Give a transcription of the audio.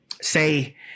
say